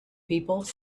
people